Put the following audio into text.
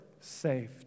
saved